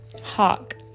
Hawk